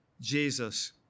Jesus